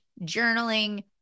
journaling